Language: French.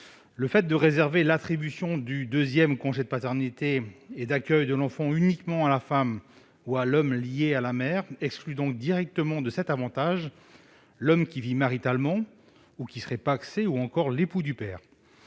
Le fait de réserver l'attribution du deuxième congé de paternité et d'accueil de l'enfant uniquement à la femme et à l'homme liés à la mère exclut donc directement de cet avantage l'homme qui vivrait maritalement avec le père, qui serait pacsé avec lui, ou qui